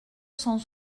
cent